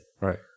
right